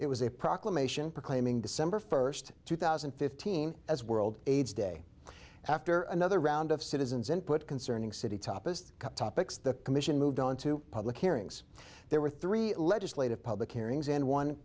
it was a proclamation proclaiming december first two thousand and fifteen as world aids day after another round of citizens input concerning city topis topics the commission moved on to public hearings there were three legislative public hearings and one